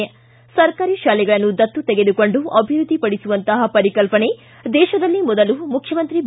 ಿ ಸರ್ಕಾರಿ ತಾಲೆಗಳನ್ನು ದತ್ತು ತೆಗೆದುಕೊಂಡು ಅಭಿವೃದ್ಧಿ ಪಡಿಸುವಂತಹ ಪರಿಕಲ್ಲನೆ ದೇಶದಲ್ಲೇ ಮೊದಲು ಮುಖ್ಲಮಂತ್ರಿ ಬಿ